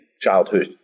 childhood